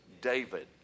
David